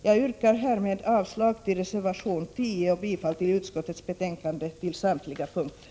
Jag yrkar härmed avslag på reservation 10 och bifall till utskottets hemställan på samtliga punkter.